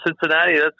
Cincinnati